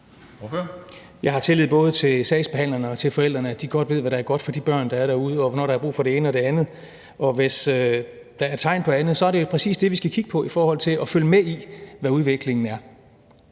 Jeg har tillid både til sagsbehandlerne og til forældrene og til, at de godt ved, hvad der er godt for de børn, der er derude, og hvornår der er brug for det ene og det andet. Hvis der er tegn på andet, er det jo præcis det, vi skal kigge på i forhold til at følge med i, hvad udviklingen er.